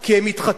כי הם מתחתנים,